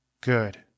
good